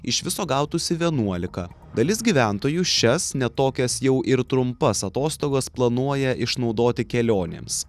iš viso gautųsi vienuolika dalis gyventojų šias ne tokias jau ir trumpas atostogas planuoja išnaudoti kelionėms